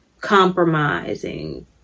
compromising